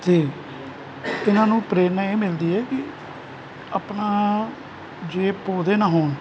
ਅਤੇ ਉਹਨਾਂ ਨੂੰ ਪ੍ਰੇਰਣਾ ਇਹ ਮਿਲਦੀ ਹੈ ਕਿ ਆਪਣਾ ਜੇ ਪੌਦੇ ਨਾ ਹੋਣ